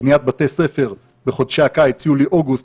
בניית בתי ספר בחודשי הקיץ יולי-אוגוסט